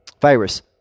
virus